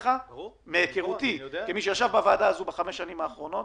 כמי שישב בוועדה הזו בחמש השנים האחרונות